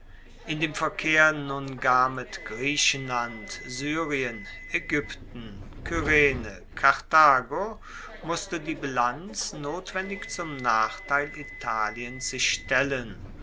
in dem verkehr nun gar mit griechenland syrien aegypten kyrene karthago musste die bilanz notwendig zum nachteil italiens sich stellen